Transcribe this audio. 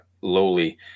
lowly